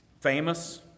Famous